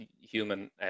human